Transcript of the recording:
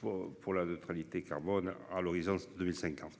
Pour pour la neutralité carbone à l'horizon 2050.